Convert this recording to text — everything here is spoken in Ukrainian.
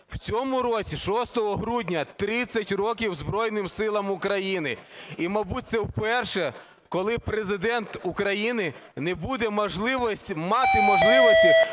В цьому році 6 грудня 30 років Збройним Силам України. І, мабуть, це вперше, коли Президент України не буде мати можливості